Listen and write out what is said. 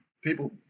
people